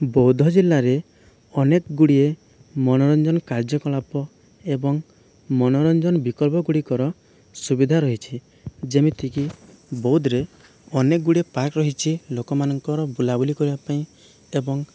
ବୌଦ୍ଧ ଜିଲ୍ଲାରେ ଅନେକଗୁଡ଼ିଏ ମନୋରଞ୍ଜନ କାର୍ଯ୍ୟକଳାପ ଏବଂ ମନୋରଞ୍ଜନ ବିକଳ୍ପଗୁଡ଼ିକର ସୁବିଧା ରହିଛି ଯେମିତିକି ବୌଦ୍ଧରେ ଅନେକଗୁଡ଼ିଏ ପାର୍କ ରହିଛି ଲୋକମାନଙ୍କର ବୁଲାବୁଲି କରିବା ପାଇଁ ଏବଂ